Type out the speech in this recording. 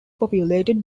populated